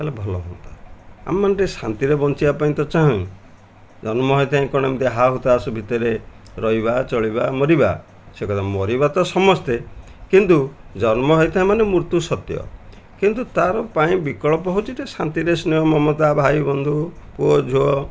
ତା'ହେଲେ ଭଲ ହୁଅନ୍ତା ଆମ ମାନେ ଟିକେ ଶାନ୍ତିରେ ବଞ୍ଚିଆ ପାଇଁ ତ ଚାହୁଁ ଜନ୍ମ ହେଇଥାଏ କ'ଣ ଏମିତି ହା ହୁତାଶ ଭିତରେ ରହିବା ଚଳିବା ମରିବା ସେ କଥା ମରିବା ତ ସମସ୍ତେ କିନ୍ତୁ ଜନ୍ମ ହେଇଥାଏ ମାନେ ମୃତ୍ୟୁ ସତ୍ୟ କିନ୍ତୁ ତା'ର ପାଇଁ ବିକଳ୍ପ ହେଉଛି ଟିକେ ଶାନ୍ତିରେ ସ୍ନେହ ମମତା ଭାଇ ବନ୍ଧୁ ପୁଅ ଝିଅ